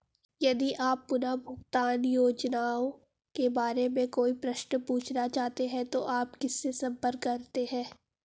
यदि आप पुनर्भुगतान योजनाओं के बारे में कोई प्रश्न पूछना चाहते हैं तो आप किससे संपर्क करते हैं?